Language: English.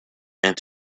and